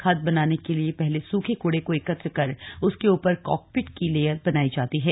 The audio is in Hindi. खाद बनाने के लिए पहले सूखे कूड़े को एकत्र कर उसके ऊपर कॉकपिट की लेयर बनाई जाती है